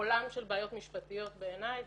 עולם של בעיות משפטיות בעיניי.